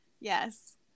yes